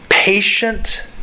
Patient